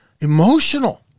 emotional